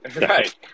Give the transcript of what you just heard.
Right